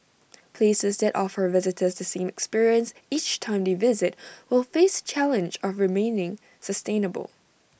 places that offer visitors the same experience each time they visit will face the challenge of remaining sustainable